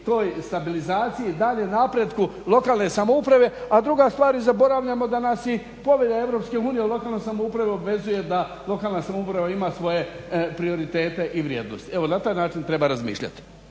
toj stabilizaciji daljnjem napretku lokalne samouprave, a druga stvar i zaboravljamo da nas i povelja Europske unije o lokalnoj samoupravi obvezuje da lokalna samouprava ima svoje prioritete i vrijednosti. Evo na taj način treba razmišljati.